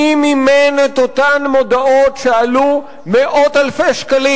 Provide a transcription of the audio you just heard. מי מימן את אותן מודעות שעלו מאות אלפי שקלים.